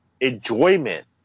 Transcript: enjoyment